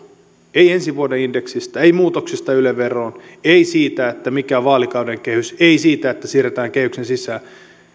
ei ensi vuoden indeksistä ei muutoksista yle veroon ei siitä mikä on vaalikauden kehys ei siitä että siirretään kehyksen sisään